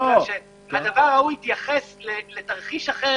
מכיוון שהדבר ההוא התייחס לתרחיש אחר